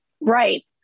Right